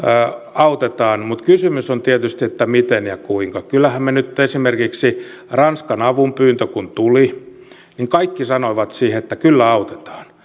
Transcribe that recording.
autetaan mutta kysymys on tietysti että miten ja kuinka kyllähän esimerkiksi kun ranskan avunpyyntö tuli kaikki sanoivat siihen että kyllä autetaan